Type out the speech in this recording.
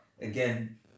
again